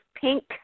pink